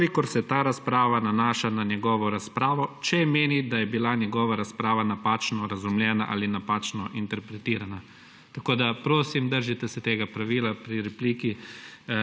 kolikor se ta razprava nanaša na njegovo razpravo, če meni, da je bila njegova razprava napačno razumljena ali napačno interpretirana. Tako da prosim, držite se tega pravila pri repliki,